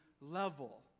level